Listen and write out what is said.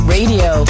Radio